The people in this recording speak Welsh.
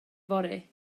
fory